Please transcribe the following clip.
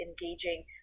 engaging